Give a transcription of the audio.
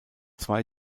zwei